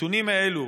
הנתונים האלו,